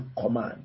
command